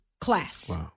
class